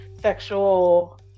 sexual